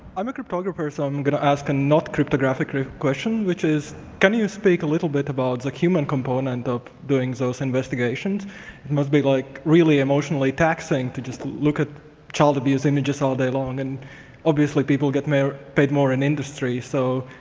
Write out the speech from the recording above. i'm a cryptographer, so i'm gonna ask a not cryptographic question which is can you speak a little bit about the human component of doing those investigations? it must be like really emotionally taxing to just look at child abuse images all day long, and obviously people get paid more in industry. so,